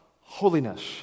holiness